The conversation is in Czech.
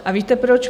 A víte proč?